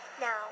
Now